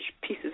pieces